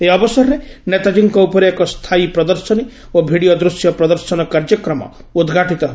ଏହି ଅବସରରେ ନେତାଜୀଙ୍କ ଉପରେ ଏକ ସ୍ଥାୟୀ ପ୍ରଦର୍ଶନୀ ଓ ଭିଡ଼ିଓ ଦୂଶ୍ୟ ପ୍ରଦର୍ଶନ କାର୍ଯ୍ୟକ୍ରମ ଉଦ୍ଘାଟିତ ହେବ